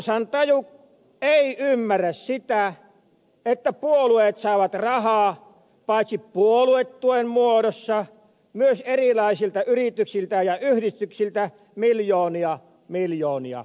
kansan taju ei ymmärrä sitä että puolueet saavat rahaa paitsi puoluetuen muodossa myös erilaisilta yrityksiltä ja yhdistyksiltä miljoonia miljoonia euroja